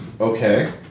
Okay